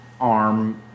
arm